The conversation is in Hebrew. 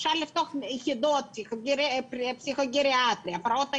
אפשר לפתוח יחידות פסיכוגריאטריה, הפרעות אכילה,